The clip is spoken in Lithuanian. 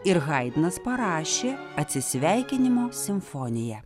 ir haidnas parašė atsisveikinimo simfoniją